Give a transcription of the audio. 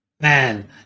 man